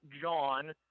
John